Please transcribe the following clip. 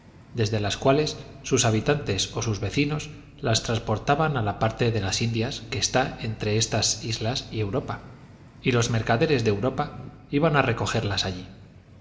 desde las cuales sus habitantes o sus vecinos las transportaban a la parte de las indias que está entre estas islas y europa y los mercaderes de europa iban a recogerlas allí